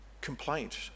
complaint